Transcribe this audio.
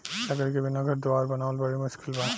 लकड़ी के बिना घर दुवार बनावल बड़ी मुस्किल बा